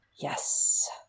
Yes